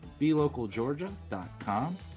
BelocalGeorgia.com